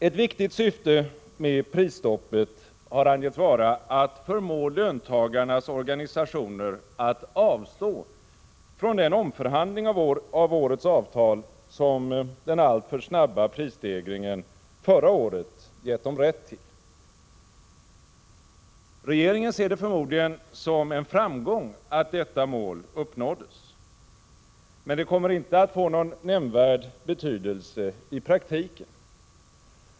Ett viktigt syfte med prisstoppet har angetts vara att förmå löntagarnas organisationer att avstå från den omförhandling av årets avtal som den alltför snabba prisstegringen förra året gett dem rätt till. Regeringen ser det förmodligen som en framgång att detta mål uppnåddes. Men det kommer inte att få någon nämnvärd betydelse i praktiken.